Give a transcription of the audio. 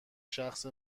شخص